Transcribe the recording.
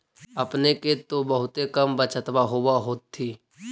अपने के तो बहुते कम बचतबा होब होथिं?